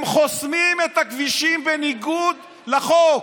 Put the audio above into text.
הם חוסמים את הכבישים בניגוד לחוק.